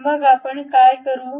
तर मग आपण काय करू